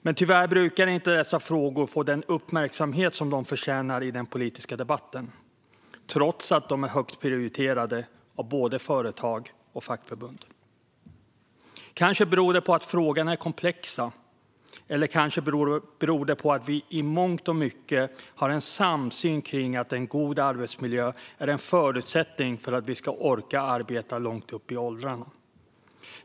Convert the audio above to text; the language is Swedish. Men tyvärr brukar dessa frågor inte få den uppmärksamhet i den politiska debatten som de förtjänar, trots att de är högt prioriterade av både företag och fackförbund. Kanske beror det på att frågorna är komplexa, eller kanske beror det på att vi i mångt och mycket har en samsyn kring att en god arbetsmiljö är en förutsättning för att vi ska orka arbeta långt upp i åldrarna.